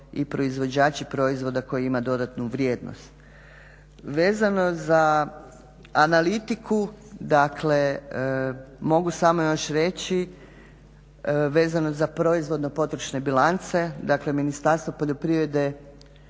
i proizvođači proizvoda koji ima dodatnu vrijednost. Vezano za analitiku dakle mogu samo još reći vezano za proizvodno potrošne bilance. Dakle Ministarstvo poljoprivrede